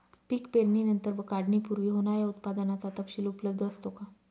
पीक पेरणीनंतर व काढणीपूर्वी होणाऱ्या उत्पादनाचा तपशील उपलब्ध असतो का?